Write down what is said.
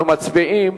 אנחנו מצביעים.